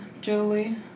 Julie